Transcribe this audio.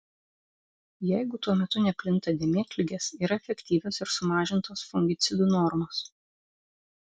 jeigu tuo metu neplinta dėmėtligės yra efektyvios ir sumažintos fungicidų normos